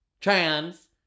Trans